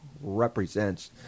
represents